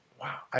wow